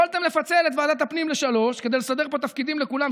יכולתם לפצל את ועדת הפנים לשלוש כדי לסדר פה תפקידים לכולם,